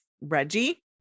Reggie